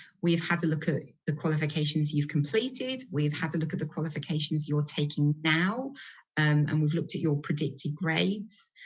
we've had to look at the qualifications you've completed, we've had to look at the qualifications you're taking now um and we've looked at your predicted grades.